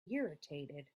irritated